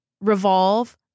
Revolve